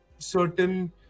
Certain